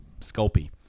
Sculpey